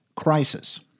crisis